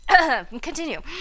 Continue